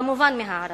כמובן, מהערבים.